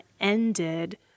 ended